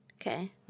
Okay